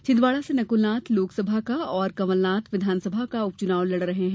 छिंदवाड़ा से नक्लनाथ लोकसभा का और कमलनाथ विधानसभा का उपचुनाव लड़ रहे हैं